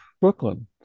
Brooklyn